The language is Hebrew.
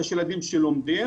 יש ילדים שלומדים,